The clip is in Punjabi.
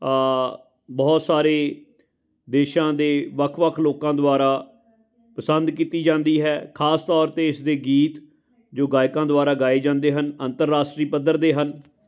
ਬਹੁਤ ਸਾਰੇ ਦੇਸ਼ਾਂ ਦੇ ਵੱਖ ਵੱਖ ਲੋਕਾਂ ਦੁਆਰਾ ਪਸੰਦ ਕੀਤੀ ਜਾਂਦੀ ਹੈ ਖਾਸ ਤੌਰ 'ਤੇ ਇਸ ਦੇ ਗੀਤ ਜੋ ਗਾਇਕਾਂ ਦੁਆਰਾ ਗਾਏ ਜਾਂਦੇ ਹਨ ਅੰਤਰਰਾਸ਼ਟਰੀ ਪੱਧਰ ਦੇ ਹਨ